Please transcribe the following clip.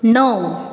णव